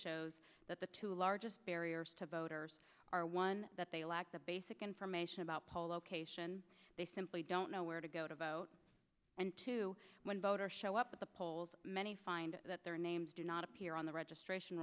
shows that the two largest barriers to voters are one that they lack the basic information about co location they simply don't know where to go to vote and to when voter show up at the polls many find that their names do not appear on the registration